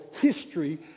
history